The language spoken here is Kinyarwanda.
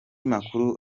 makuru